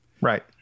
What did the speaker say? Right